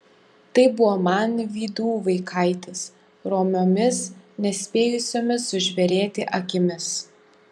tai buvo manvydų vaikaitis romiomis nespėjusiomis sužvėrėti akimis